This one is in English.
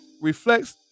reflects